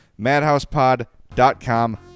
MadhousePod.com